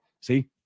See